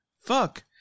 fuck